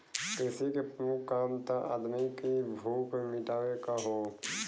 कृषि के प्रमुख काम त आदमी की भूख मिटावे क हौ